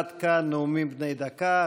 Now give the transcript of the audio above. עד כאן נאומים בני דקה.